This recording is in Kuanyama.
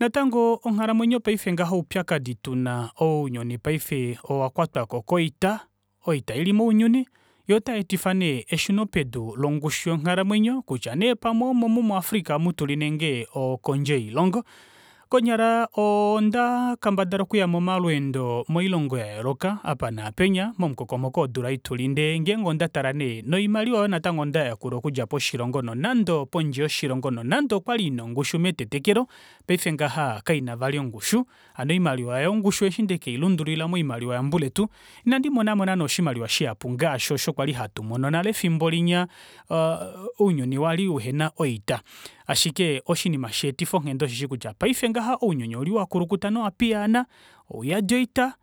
natango onghalamwenyo paife ngaha oupyakadi tuna ounyuni paife owakwatwako koita oita ili mounyuni yoo otayeetifa nee eshunopedu longushu yonghalamwenyo kutya nee pamwe omomu mu africa omu tuli ile okondje yoilongo konyala onda kendabala okuya momalweendo moilongo yayooloka apa naapenya momukokomoko wodula ei tuli ndee ngenge ondatale nee noimaliwa aayo ndayakula okudja koshilongo nonande pondje yoshilongo nonande okwali ina ongushu metetekelo paife ngaha kaina vali ongushu hano oimaliwa aayo ongushu eshi ndeke ilundululila moimaliwa yambuletu ina ndimonamo naana oshimaliwa shihapu ngaashi osho kwali hatu mono nale efimbo linya aa ounyuni wali uhena oita ashike oshinima sheetifa onghenda osheshi kutya paife ngaha ounyuni ouli wakulukuta nowa piyaana ouyadi oita